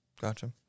Gotcha